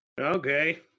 Okay